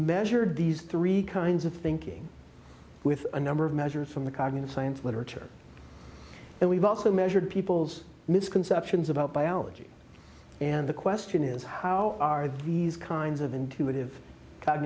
measured these three kinds of thinking with a number of measures from the cognitive science literature and we've also measured people's misconceptions about biology and the question is how are these kinds of intuitive c